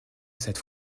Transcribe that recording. cette